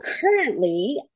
currently